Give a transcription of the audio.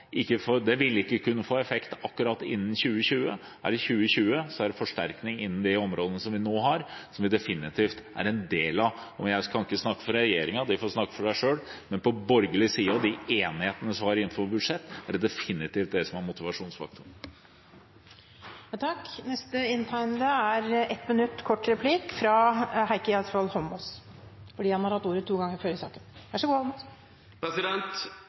2020, er det forsterkning innenfor de områdene som vi nå har, som vi definitivt er en del av. Jeg kan ikke snakke for regjeringen – den får snakke for seg selv. Men på borgerlig side, og med de enighetene som det var med tanke på budsjettene, er det definitivt det som er motivasjonsfaktoren. Representanten Heikki Eidsvoll Holmås har hatt ordet to ganger tidligere i debatten og får ordet til en kort